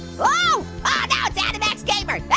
oh ah no, it's animex gamer. yeah